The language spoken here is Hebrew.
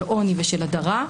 של עוני ושל הדרה,